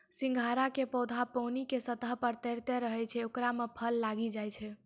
सिंघाड़ा के पौधा पानी के सतह पर तैरते रहै छै ओकरे मॅ फल लागै छै